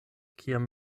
kiam